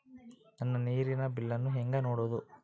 ನನ್ನ ನೇರಿನ ಬಿಲ್ಲನ್ನು ಹೆಂಗ ನೋಡದು?